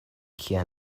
kia